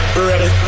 Ready